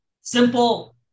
simple